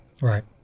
Right